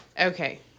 Okay